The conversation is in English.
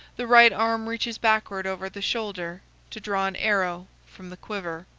the right arm reaches backward over the shoulder to draw an arrow from the quiver.